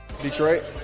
Detroit